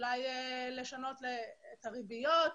אולי לשנות את הריביות,